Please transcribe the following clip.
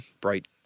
bright